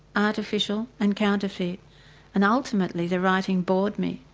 artificial and counterfeit and ultimately the writing bored me.